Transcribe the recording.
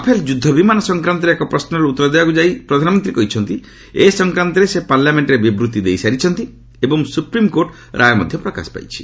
Rafale ଯୁଦ୍ଧ ବିମାନ ସଂକ୍ରାନ୍ତରେ ଏକ ପ୍ରଶ୍ମର ଉତ୍ତର ଦେବାକୁ ଯାଇ ପ୍ରଧାନମନ୍ତ୍ରୀ କହିଛନ୍ତି ଏ ସଂକାନ୍ତରେ ସେ ପାର୍ଲାମେଣ୍ଟରେ ବିବୃତ୍ତି ଦେଇଛନ୍ତି ଏବଂ ସୁପ୍ରିମ୍କୋର୍ଟ ରାୟ ମଧ୍ୟ ପ୍ରକାଶ ପାଇଛି